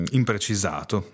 imprecisato